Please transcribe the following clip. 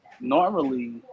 Normally